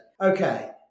Okay